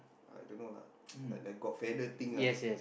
I don't know lah the got feather thing ah